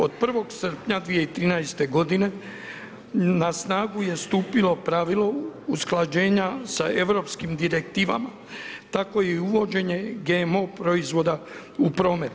Od 1. srpnja 2013. godine na snagu je stupilo pravilo usklađenja sa europskim direktivama, tako i uvođenje GMO proizvoda u promet.